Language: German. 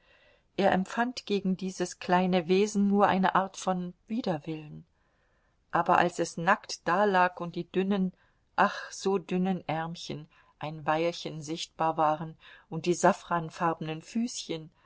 er empfand gegen dieses kleine wesen nur eine art von widerwillen aber als es nackt dalag und die dünnen ach so dünnen ärmchen ein weilchen sichtbar waren und die safranfarbenen füßchen